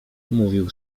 mówił